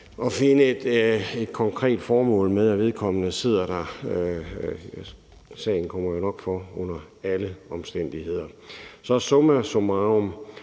at finde et konkret formål med, at vedkommende sidder der. Sagen kommer nok for under alle omstændigheder. Så summa summarum